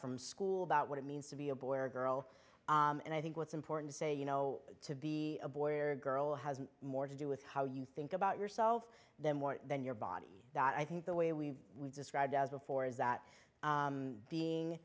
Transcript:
from school about what it means to be a boy or girl and i think what's important to say you know to be a boy or girl has more to do with how you think about yourself than more than your body that i think the way we would describe as before is that being